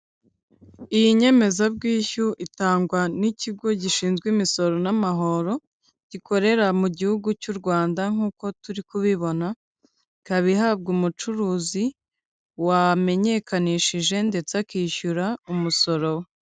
Iyi nyemezabwishyu itangwa n'ikigo gishinzwe imisoro n'amahoro gikorera mu gihugu cy'u Rwanda nk'uko turi kubibona, ikaba ihabwa umucuruzi wamenyekanishije ndetse akishyura umusoro.